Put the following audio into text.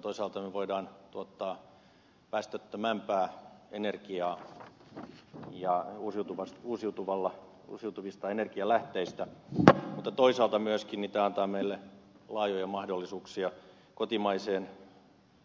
toisaalta me voimme tuottaa päästöttömämpää energiaa ja uusiutuvista energianlähteistä mutta toisaalta myöskin tämä antaa meille laajoja mahdollisuuksia kotimaiseen